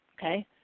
Okay